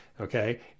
Okay